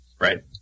Right